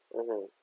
mmhmm